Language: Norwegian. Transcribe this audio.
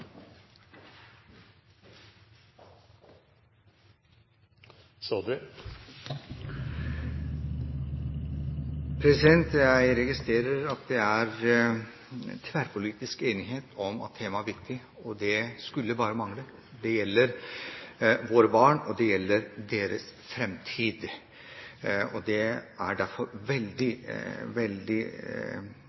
tverrpolitisk enighet om at temaet er viktig. Det skulle bare mangle, for det gjelder våre barn, og det gjelder deres fremtid. Det er derfor veldig